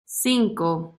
cinco